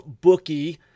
bookie